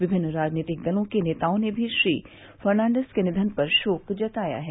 विभिन्न राजनीतिक दलों के नेताओं ने भी श्री फर्नांडीस के निधन पर शोक जताया है